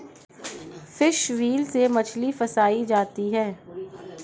fish wheel से मछली फँसायी जाती है